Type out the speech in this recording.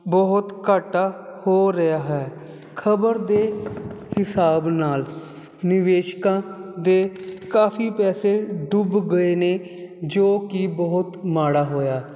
ਬਹੁਤ ਘਾਟਾ ਹੋ ਰਿਹਾ ਹੈ ਖਬਰ ਦੇ ਹਿਸਾਬ ਨਾਲ ਨਿਵੇਸ਼ਕਾਂ ਦੇ ਕਾਫੀ ਪੈਸੇ ਡੁੱਬ ਗਏ ਨੇ ਜੋ ਕਿ ਬਹੁਤ ਮਾੜਾ ਹੋਇਆ